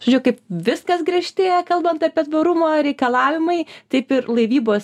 žodžiu kaip viskas griežtėja kalbant apie tvarumą reikalavimai taip ir laivybos